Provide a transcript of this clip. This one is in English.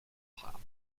pop